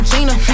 Gina